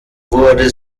wurde